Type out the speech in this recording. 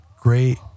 Great